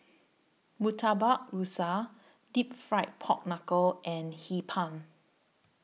Murtabak Rusa Deep Fried Pork Knuckle and Hee Pan